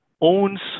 owns